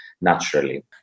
naturally